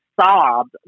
sobbed